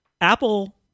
Apple